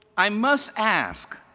i must ask,